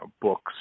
books